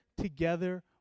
together